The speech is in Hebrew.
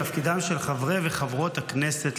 תפקידם של חברי וחברות הכנסת,